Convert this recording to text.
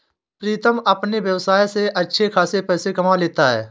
प्रीतम अपने व्यवसाय से अच्छे खासे पैसे कमा लेता है